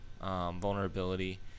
vulnerability